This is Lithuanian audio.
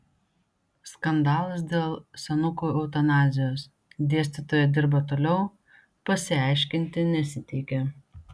skandalas dėl senukų eutanazijos dėstytoja dirba toliau pasiaiškinti nesiteikia